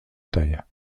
taille